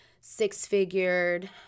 six-figured